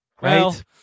Right